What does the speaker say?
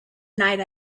night